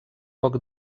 poc